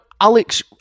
Alex